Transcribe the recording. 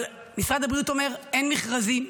אבל משרד הבריאות אומר: אין מכרזים,